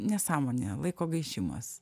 nesąmonė laiko gaišimas